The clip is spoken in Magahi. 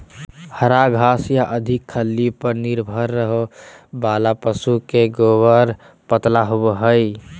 हरा घास या अधिक खल्ली पर निर्भर रहे वाला पशु के गोबर पतला होवो हइ